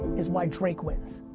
is why drake wins.